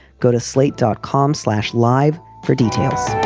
go to slate dot com slash live for details